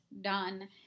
done